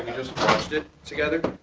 just watched it together.